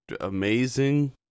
amazing